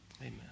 Amen